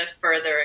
further